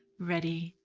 ready,